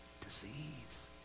Disease